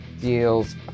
deals